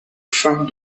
fins